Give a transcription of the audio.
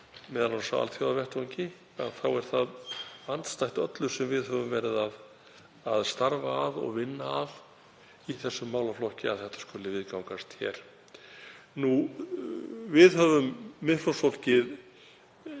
m.a. á alþjóðavettvangi. Það er andstætt öllu sem við höfum verið að starfa að og vinna að í þessum málaflokki að þetta skuli viðgangast hér. Við Miðflokksfólkið